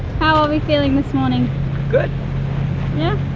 how are we feeling this morning good yeah,